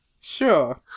sure